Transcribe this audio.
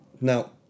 Now